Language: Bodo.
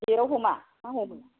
गेट आव हमा ना हमो